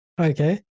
Okay